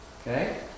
Okay